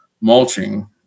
mulching